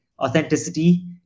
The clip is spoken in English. authenticity